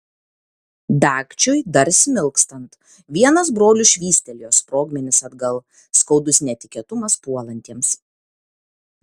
dagčiui dar smilkstant vienas brolių švystelėjo sprogmenis atgal skaudus netikėtumas puolantiems